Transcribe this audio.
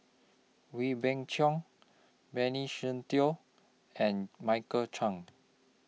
Wee Beng Chong Benny Se Teo and Michael Chiang